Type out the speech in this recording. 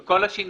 עם כל השינויים